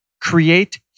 Create